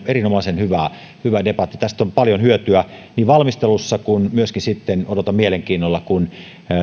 erinomaisen hyvä debatti tästä on paljon hyötyä valmistelussa mutta myöskin sitten odotan mielenkiinnolla kun